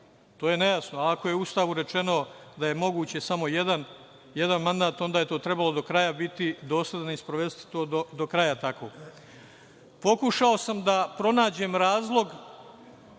to je nejasno. Ako je u Ustavu rečeno da je moguće samo jedan mandat, onda je to trebalo do kraja biti dosledan i sprovesti to do kraja tako. Pokušao sam da pronađem razlog